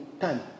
Time